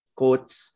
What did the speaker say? quotes